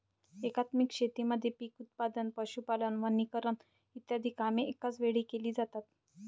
एकात्मिक शेतीमध्ये पीक उत्पादन, पशुपालन, वनीकरण इ कामे एकाच वेळी केली जातात